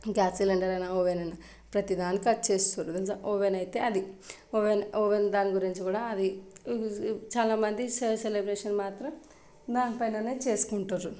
gas సిలిండరైనా oven అయినా ప్రతీ దానికి అది చేస్తారు తెలుసా ఓవెన్ అయితే అది ఓవెన్ ఓవెన్ దాని గురించి కూడా అది చాలా మంది సెలబ్రేషన్ మాత్రం దానిపైననే చేసుకుంటారు